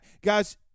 guys